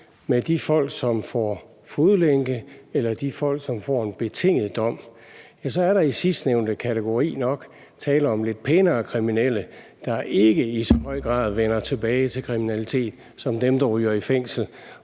med de folk, som får fodlænke, eller de folk, som får en betinget dom, er der i sidstnævnte kategori nok tale om lidt pænere kriminelle, der ikke i så høj grad vender tilbage til kriminalitet som dem, der ryger i fængsel,